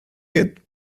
get